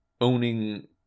owning